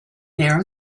narrow